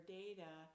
data